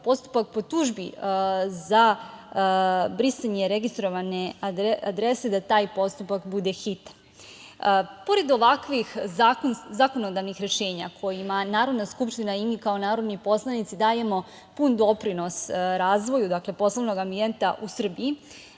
postupak po tužbi za brisanje registrovane adrese bude hitan. Pored ovakvih zakonodavnih rešenja kojima Narodna skupština i mi kao narodni poslanici dajemo pun doprinos razvoju poslovnog ambijenta u Srbiji,